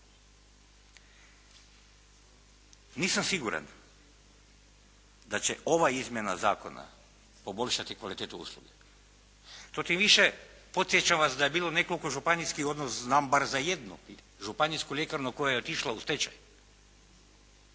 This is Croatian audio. Nisam siguran da će ova izmjena zakona poboljšati kvalitetu usluge to tim više podsjećam vas da je bilo nekoliko županijskih, znam bar za jednu županijsku ljekarnu koja je to išla u stečaj